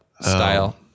style